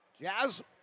Jazz